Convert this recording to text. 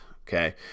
Okay